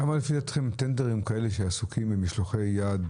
כמה טנדרים עסוקים עם משלחי יד,